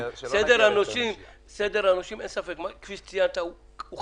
כפי שציינת,